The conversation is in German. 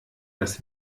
das